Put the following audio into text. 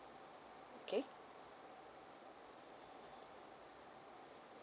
okay